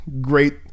great